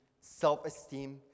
self-esteem